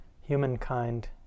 humankind